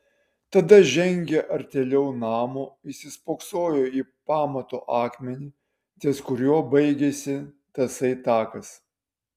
tada žengė artėliau namo įsispoksojo į pamato akmenį ties kuriuo baigėsi tasai takas